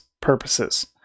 purposes